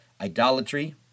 idolatry